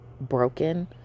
broken